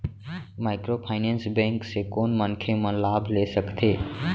Microfinance bank से कोन मनखे मन लाभ ले सकथे?